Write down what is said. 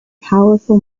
powerful